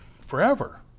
forever